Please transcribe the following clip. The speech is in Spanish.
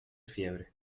fiebre